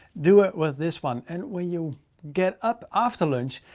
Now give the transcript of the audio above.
do it with this one. and when you get up after lunch,